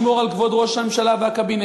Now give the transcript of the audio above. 1. ישמור על כבוד ראש הממשלה והקבינט,